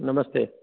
नमस्ते